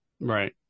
Right